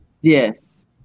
Yes